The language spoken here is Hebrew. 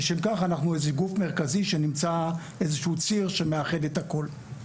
לשם כך אנחנו גוף מרכזי שנמצא איזשהו ציר שמאחד את הכול.